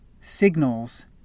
signals